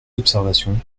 observations